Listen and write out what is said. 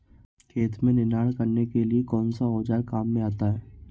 खेत में निनाण करने के लिए कौनसा औज़ार काम में आता है?